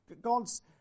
God's